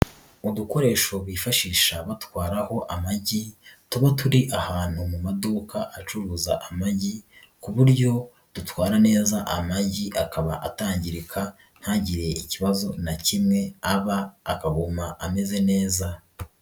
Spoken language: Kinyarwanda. Udukoresho bifashisha batwaraho amagi tuba turi ahantu mu maduka acuruza amagi ku buryo dutwara neza amagi akaba atangirika ntagire ikibazo na kimwe aba, akaguma ameze neza.